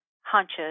hunches